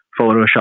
Photoshop